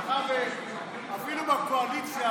אפילו בקואליציה,